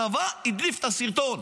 הצבא הדליף את הסרטון.